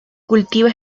cultiva